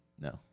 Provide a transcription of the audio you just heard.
No